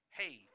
hey